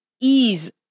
ease